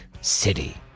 City